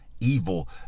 evil